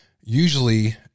usually